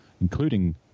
including